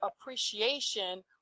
appreciation